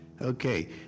Okay